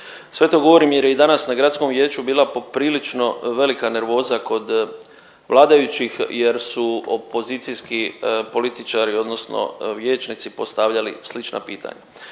Sve to govorim jer je i danas na gradskom vijeću bila poprilično velika nervoza kod vladajućih jer su opozicijski političari odnosno vijećnici postavljali slična pitanja.